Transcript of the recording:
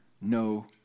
no